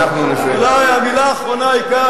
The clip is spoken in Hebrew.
נא לקרוא לרופא הכנסת,